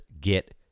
get